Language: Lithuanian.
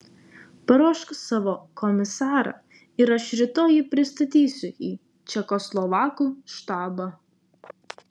paruošk savo komisarą ir aš rytoj jį pristatysiu į čekoslovakų štabą